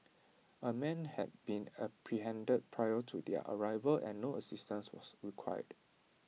A man had been apprehended prior to their arrival and no assistance was required